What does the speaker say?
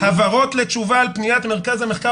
הבהרות לתשובה על פניית מרכז המחקר